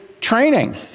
training